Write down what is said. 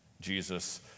Jesus